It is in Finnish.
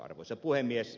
arvoisa puhemies